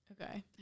okay